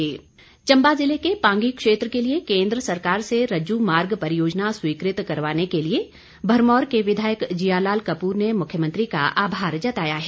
आभार चम्बा ज़िले के पांगी क्षेत्र के लिए केन्द्र सरकार से रज्जु मार्ग परियोजना स्वीकृत करवाने के लिए भरमौर के विधायक जियालाल कपूर ने मुख्यमंत्री का आभार जताया है